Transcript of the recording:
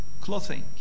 clothing